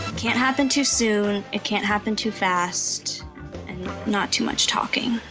can't happen too soon, it can't happen too fast and not too much talking.